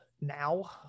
now